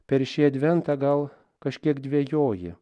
per šį adventą gal kažkiek dvejoji